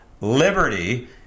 liberty